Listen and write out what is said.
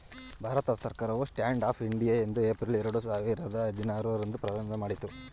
ಭಾರತ ಸರ್ಕಾರವು stand up India ಐದು April ಎರಡು ಸಾವಿರದ ಹದಿನಾರು ರಂದು ಪ್ರಾರಂಭಮಾಡಿತು